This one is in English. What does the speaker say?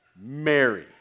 Mary